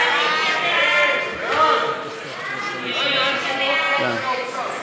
חוק התכנון והבנייה (תיקון מס' 116),